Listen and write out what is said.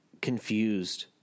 confused